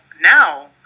now